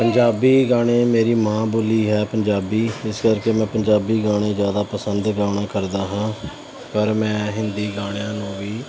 ਪੰਜਾਬੀ ਗਾਣੇ ਮੇਰੀ ਮਾਂ ਬੋਲੀ ਹੈ ਪੰਜਾਬੀ ਇਸ ਕਰਕੇ ਮੈਂ ਪੰਜਾਬੀ ਗਾਣੇ ਜ਼ਿਆਦਾ ਪਸੰਦ ਗਾਉਣਾ ਕਰਦਾ ਹਾਂ ਪਰ ਮੈਂ ਹਿੰਦੀ ਗਾਣਿਆਂ ਨੂੰ ਵੀ